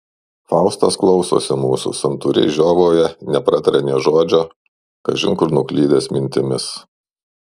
faustas klausosi mūsų santūriai žiovauja neprataria nė žodžio kažin kur nuklydęs mintimis